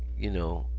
you know.